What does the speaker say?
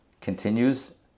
Continues